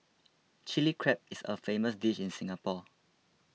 Chilli Crab is a famous dish in Singapore